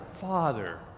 Father